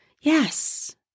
Yes